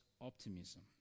optimism